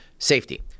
Safety